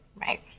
Right